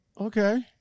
Okay